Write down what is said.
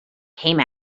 came